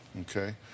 Okay